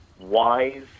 wise